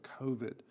COVID